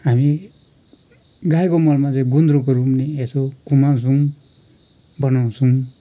हामी गाईको मलमा चाहिँ गुन्द्रुकहरू नि यसो कुमाउँछौँ बनाउँछौँ